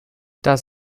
das